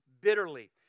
bitterly